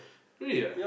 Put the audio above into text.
really ah